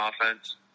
offense